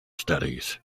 studies